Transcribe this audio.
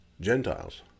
Gentiles